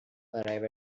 arrive